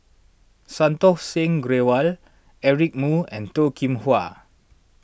Santokh Singh Grewal Eric Moo and Toh Kim Hwa